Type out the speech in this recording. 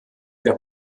der